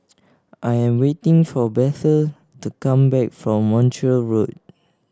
I am waiting for Bethel to come back from Montreal Road